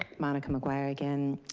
monica mcguire again.